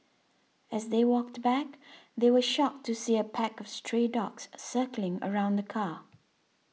as they walked back they were shocked to see a pack of stray dogs circling around the car